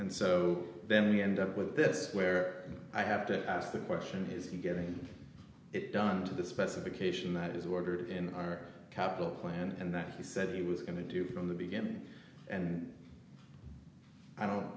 and so then we end up with this where i have to ask the question is he getting it done to the specification that is order in our capital plan and that he said he was going to do from the beginning and i don't